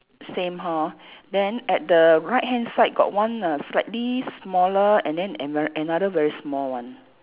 same hor then at the right hand side got one err slightly smaller and then ano~ another very small one